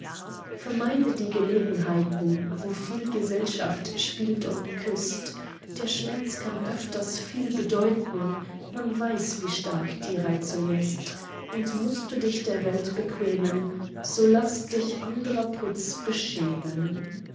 vermeide die gelegenheiten wo viel gesellschaft spielt und küßt der scherz kann öfters viel bedeuten man weiß wie stark die reizung ist und mußt du dich der welt bequemen so laß dich andrer putz beschämen